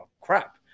crap